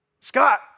Scott